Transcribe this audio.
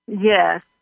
Yes